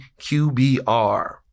QBR